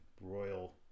royal